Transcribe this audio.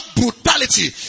brutality